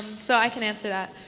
so i can answer that.